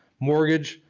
mortgage,